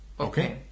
Okay